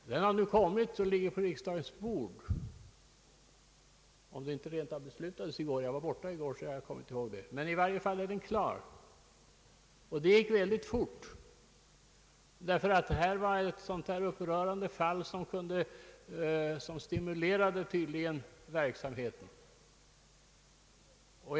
Den har kommit och ligger redan på riksdagens bord, om inte rentav ärendet beslutades i går — jag var inte här då och vet ingenting om den saken. Ärendet behandlades emellertid mycket snabbt. Det var ett upprörande fall som tydligen stimulerade till febril verksamhet på lagstiftningsområdet.